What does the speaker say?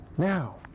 Now